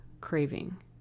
craving